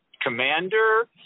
commander